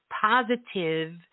positive